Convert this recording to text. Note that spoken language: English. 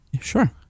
Sure